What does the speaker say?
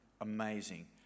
Amazing